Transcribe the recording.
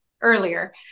earlier